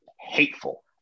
Hateful